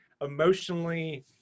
emotionally